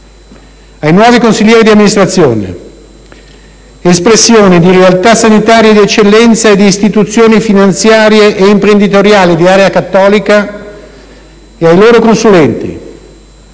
Ai nuovi consiglieri di amministrazione, espressione di realtà sanitarie di eccellenza e di istituzioni finanziarie e imprenditoriali di area cattolica, e ai loro consulenti